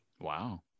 wow